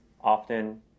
often